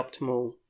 optimal